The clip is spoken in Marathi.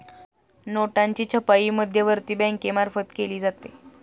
नोटांची छपाई मध्यवर्ती बँकेमार्फत केली जाते